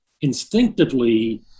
instinctively